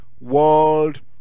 world